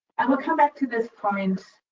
i will come back to this point,